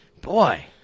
Boy